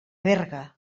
berga